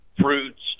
fruits